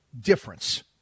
difference